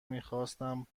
میخواستم